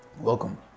welcome